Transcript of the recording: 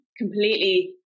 completely